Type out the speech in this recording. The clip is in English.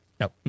No